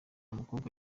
mukobwa